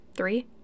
Three